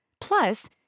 Plus